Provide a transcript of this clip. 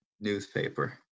newspaper